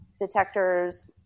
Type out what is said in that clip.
detectors